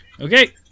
Okay